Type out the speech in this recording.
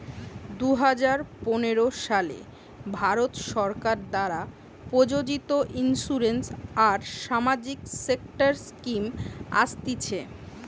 দুই হাজার পনের সালে ভারত সরকার দ্বারা প্রযোজিত ইন্সুরেন্স আর সামাজিক সেক্টর স্কিম আসতিছে